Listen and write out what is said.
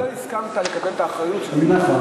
אתה לא הסכמת לקבל את האחריות, נכון.